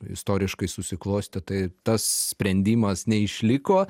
istoriškai susiklostė tai tas sprendimas neišliko